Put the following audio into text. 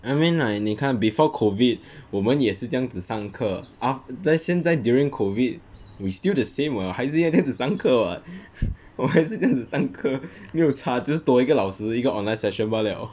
I mean like 你看 before COVID 我们也是这样子上课 aft~ th~ 现在 during COVID we still the same [what] 还是这样子上课 [what] 还是这样子上课没有差就是多一个老师一个 online session 罢 liao